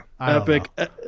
epic